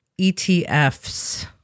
ETFs